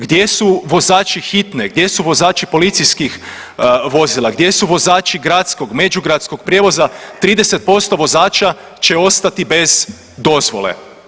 Gdje su vozači hitne, gdje su vozači policijskih vozila, gdje su vozači gradskog, međugradskog prijevoza, 30% vozača će ostati bez dozvole.